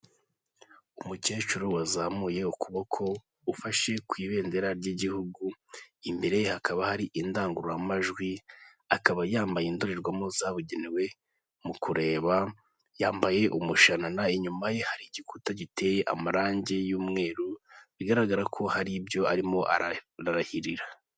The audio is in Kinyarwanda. Umukecuru wazamuye ukuboko ufashe ku ibendera ry'igihugu, imbere ye hakaba hari indangururamajwi akaba yambaye indorerwamo zabugenewe, mu kureba yambaye umushanana, inyuma ye hari igikuta giteye amarangi y'umweru, bigaragara ko hari ibyo arimo ararahirira.